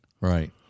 Right